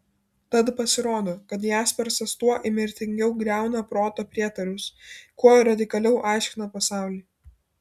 tad pasirodo kad jaspersas tuo įnirtingiau griauna proto prietarus kuo radikaliau aiškina pasaulį